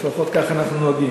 לפחות כך אנחנו נוהגים.